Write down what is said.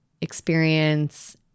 experience